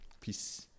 Peace